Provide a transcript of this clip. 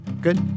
good